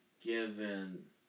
given